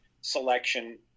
selection